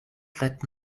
that